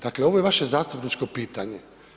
Dakle, ovo je vaše zastupničko pitanje.